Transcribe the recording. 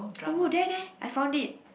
oh there there I found it